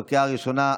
בקריאה הראשונה.